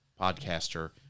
podcaster